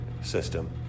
system